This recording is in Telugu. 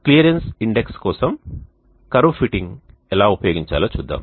క్లియరెన్స్ ఇండెక్స్ కోసం కర్వ్ ఫిట్టింగ్ ఎలా ఉపయోగించాలో చూద్దాం